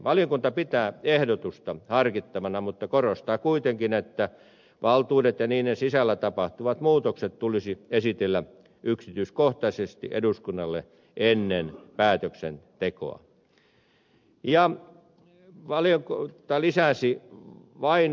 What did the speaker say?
valiokunta pitää ehdotusta harkittavana mutta korostaa kuitenkin että valtuudet ja niiden sisällä tapahtuvat muutokset tulisi esitellä yksityiskohtaisesti eduskunnalle ennen päätöksen tekoa ja valjakkoutta lisäisi päätöksentekoa